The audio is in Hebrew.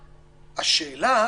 השאלה,